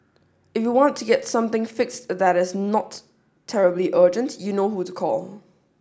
if you want to get something fixed that is not terribly urgent you know who to call